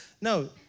No